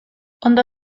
ondo